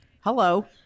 hello